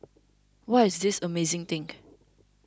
what is this amazing think